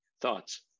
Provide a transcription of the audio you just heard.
Thoughts